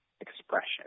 expression